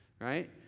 right